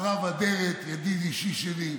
הרב אדרת, ידיד אישי שלי,